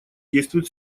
действует